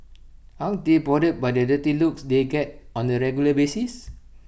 aren't they bothered by the dirty looks they get on A regular basis